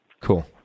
cool